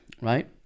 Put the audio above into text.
Right